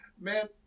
Man